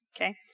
Okay